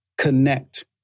connect